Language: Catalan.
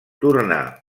tornà